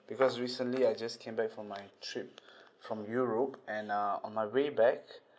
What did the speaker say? because recently I just came back from my trip from europe and uh on my way back